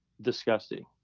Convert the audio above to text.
disgusting